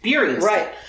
Right